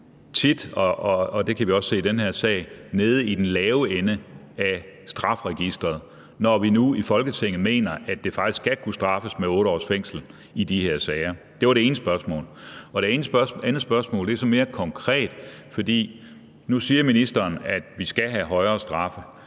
– det kan vi også se i den her sag – nede i den lave ende af strafferegisteret, når vi er nu i Folketinget mener, at det faktisk skal kunne straffes med 8 års fængsel i de her sager? Det var det ene spørgsmål. Det andet spørgsmål er så mere konkret, for nu siger ministeren, at vi skal have højere straffe: